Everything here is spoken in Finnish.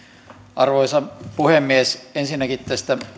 arvoisa puhemies ensinnäkin tästä